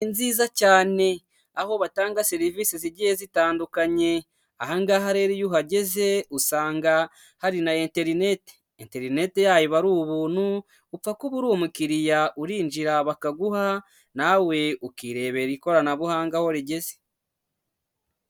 Ni nziza cyane aho batanga serivisi zigiye zitandukanye ahangaha rero iyo uhageze usanga hari na interineti, interneti yaho iba ari ubuntu upfa kuba uri umukiriya uririnjira bakaguha nawe ukirebera ikoranabuhanga aho rigeze.